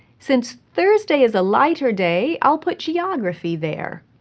since thursday is a lighter day, i'll put geography there.